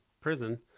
prison